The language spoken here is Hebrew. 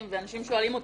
אז איפה נהיה?